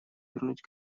вернуть